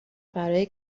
برای